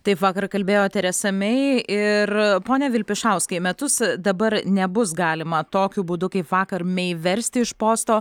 taip vakar kalbėjo teresa mei ir pone vilpišauskai metus dabar nebus galima tokiu būdu kaip vakar mei versti iš posto